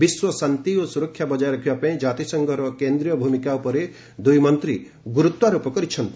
ବିଶ୍ୱ ଶାନ୍ତି ଓ ସୁରକ୍ଷା ବଜାୟ ରଖିବା ପାଇଁ ଜାତିସଂଘର କେନ୍ଦ୍ରୀୟ ଭୂମିକା ଉପରେ ଦୁଇ ମନ୍ତ୍ରୀ ଗୁରୁତ୍ୱ ଦେଇଥିଲେ